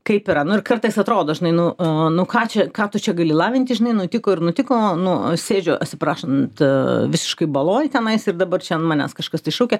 kaip yra nu ir kartais atrodo žinai nu nu ką čia ką tu čia gali lavinti žinai nutiko ir nutiko nu sėdžiu atsiprašant visiškoj baloj tenais ir dabar čia ant manęs kažkas tai šaukia